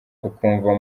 ukumva